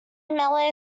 mellow